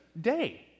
day